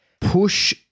push